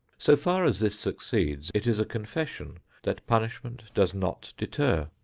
so far as this succeeds, it is a confession that punishment does not deter,